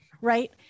right